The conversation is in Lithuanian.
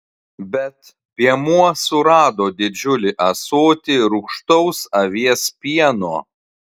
bet piemuo surado didžiulį ąsotį rūgštaus avies pieno